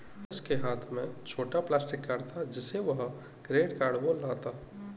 रमेश के हाथ में छोटा प्लास्टिक कार्ड था जिसे वह क्रेडिट कार्ड बोल रहा था